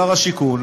שר השיכון,